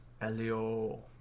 Elio